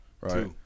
Right